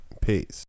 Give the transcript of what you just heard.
peace